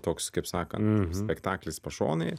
toks kaip sakant spektaklis pašonėj